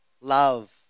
Love